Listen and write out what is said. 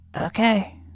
Okay